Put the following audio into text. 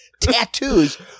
tattoos